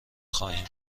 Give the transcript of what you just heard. خواهیم